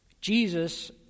Jesus